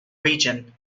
region